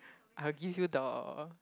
I'll give you the